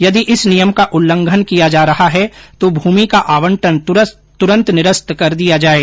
यदि इस नियम का उल्लंघन किया जा रहा है तो भूमि का आंवटन तुरंत निरस्त कर दिया जाये